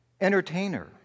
entertainer